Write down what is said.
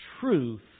truth